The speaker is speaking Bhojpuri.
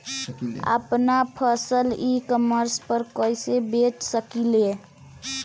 आपन फसल ई कॉमर्स पर कईसे बेच सकिले?